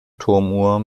turmuhr